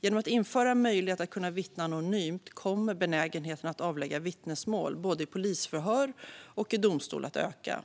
Genom att införa en möjlighet att vittna anonymt kommer benägenheten att avlägga vittnesmål, både i polisförhör och i domstol, att öka.